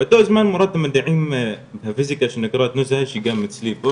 באותו זמן מורת מדעים שנקראת נסאז' שהיא גם פה,